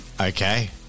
Okay